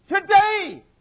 Today